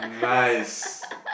nice